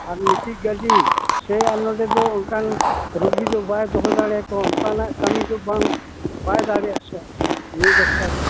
ᱟᱨ ᱢᱤᱴᱤᱡ ᱜᱟᱹᱰᱤ ᱥᱮᱭ ᱟᱨ ᱱᱚᱰᱮ ᱫᱚ ᱚᱱᱠᱟᱱ ᱨᱩᱜᱤ ᱫᱚ ᱵᱟᱭ ᱫᱟᱲᱮ ᱟᱠᱚᱣᱟ ᱚᱱᱠᱟᱱᱟᱜ ᱠᱟᱹᱢᱤ ᱫᱚ ᱵᱟᱝ ᱵᱟᱭ ᱫᱟᱲᱮᱭᱟᱜ ᱥᱮ ᱱᱩᱭ ᱰᱟᱠᱛᱟᱨ ᱫᱚ